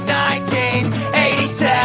1987